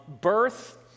birth